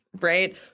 right